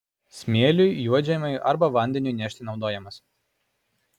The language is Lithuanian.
smėliui juodžemiui arba vandeniui nešti naudojamas